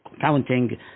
counting